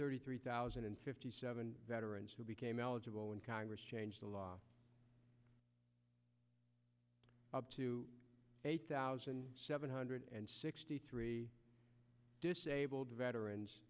thirty three thousand and fifty seven veterans who became eligible when congress changed the law up to eight thousand seven hundred and sixty three disabled veterans